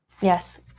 Yes